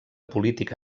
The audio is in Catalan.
política